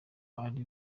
ari